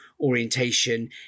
orientation